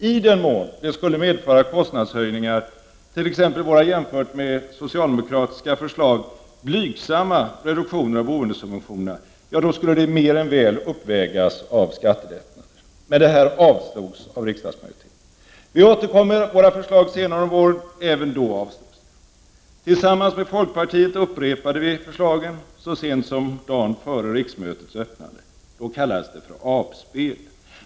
I den mån de skulle medföra kostnadshöjningar — t.ex. när det gällde våra, i förhållande till socialdemokraternas förslag, blygsamma reduktioner av boendesubventionerna — skulle höjningarna mer än väl uppvägas av skattelättnader. Men detta förslag avslogs av riksdagsmajoriteten. Vi återkom med våra förslag senare under våren, men även då avslogs de. Moderata samlingspartiet upprepade förslagen, tillsammans med folkpartiet, så sent som dagen innan riksmötets öppnande, och då kallades det för apspel.